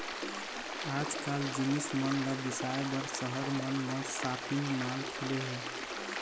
आजकाल जिनिस मन ल बिसाए बर सहर मन म सॉपिंग माल खुले हे